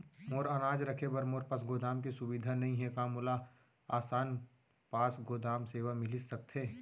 मोर अनाज रखे बर मोर पास गोदाम के सुविधा नई हे का मोला आसान पास गोदाम सेवा मिलिस सकथे?